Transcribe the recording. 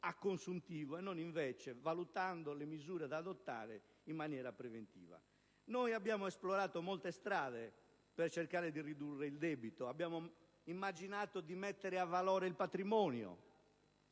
a consuntivo e non invece valutando le misure da adottare in maniera preventiva. Abbiamo esplorato molte strade per cercare di ridurre il debito: abbiamo immaginato di mettere a valore il patrimonio,